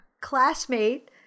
classmate